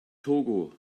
togo